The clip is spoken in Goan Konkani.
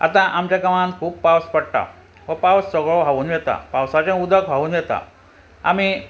आतां आमच्या गांवांत खूब पावस पडटा हो पावस सगळो व्हांवून येता पावसाचें उदक व्हांवून येता आमी